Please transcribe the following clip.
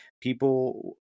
people